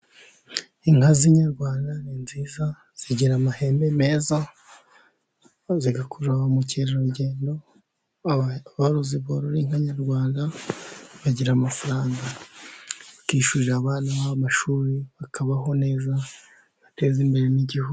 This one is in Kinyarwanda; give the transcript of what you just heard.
Inka z'inyarwanda ni nziza zigira amahembe meza, zigakurura ba mukerarugendo, aborozi borora inka nyarwanda bagira amafaranga, bakishyurira abana babo amashuri, bakabaho neza, bagateza imbere n'igihugu.